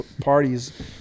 parties